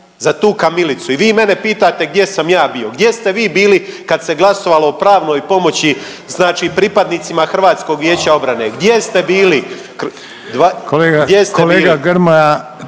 za tu kamilicu i vi mene pitate gdje sam ja bio, gdje ste vi bili kad se glasovalo o pravnoj pomoći znači pripadnicima Hrvatskog vijeća obrane, gdje ste bili,